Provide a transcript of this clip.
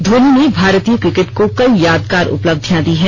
धोनी ने भारतीय क्रिकेट को कई यादगार उपलब्धियां दी हैं